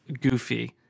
goofy